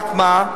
רק מה?